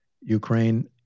Ukraine